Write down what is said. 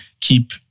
keep